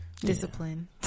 discipline